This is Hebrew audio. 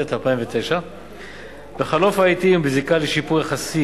התשס"ט 2009. בחלוף העתים ובזיקה לשיפור יחסי